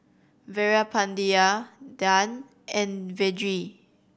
Veerapandiya Dhyan and Vedre